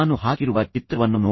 ನಾನು ಹಾಕಿರುವ ಚಿತ್ರವನ್ನು ನೋಡಿ